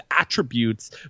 attributes